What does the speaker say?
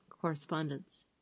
correspondence